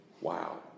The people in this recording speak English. Wow